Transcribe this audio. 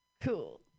Cool